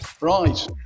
Right